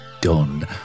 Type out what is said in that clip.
done